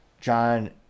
John